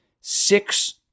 six